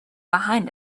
behind